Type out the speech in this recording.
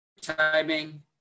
timing